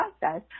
process